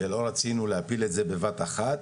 ולא רצינו להפיל את זה בבת אחת,